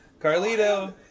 Carlito